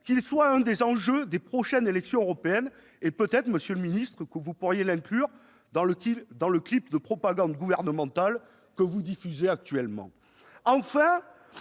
que ce soit l'un des enjeux des prochaines élections européennes, et peut-être, monsieur le secrétaire d'État, pourriez-vous l'inclure dans le clip de propagande gouvernementale que vous diffusez actuellement